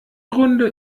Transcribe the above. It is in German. grunde